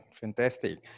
Fantastic